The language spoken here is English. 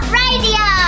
radio